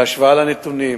בהשוואה לנתונים